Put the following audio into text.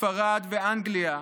ספרד ואנגליה,